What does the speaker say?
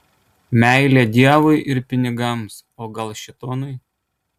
meilė dievui ir pinigams o gal šėtonui